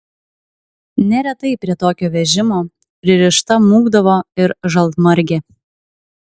neretai prie tokio vežimo pririšta mūkdavo ir žalmargė